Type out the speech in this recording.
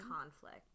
conflict